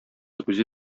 үзе